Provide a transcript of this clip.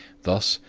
thus,